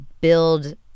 build